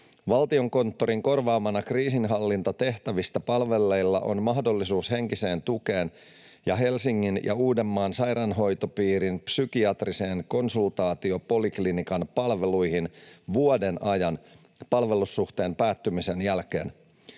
Valtiokonttorin korvaamana kriisinhallintatehtävistä palvelleilla on mahdollisuus henkiseen tukeen ja Helsingin ja Uudenmaan sairaanhoitopiirin psykiatrisen konsultaatiopoliklinikan palveluihin vuoden ajan palvelussuhteen päättymisen jälkeen.